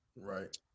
right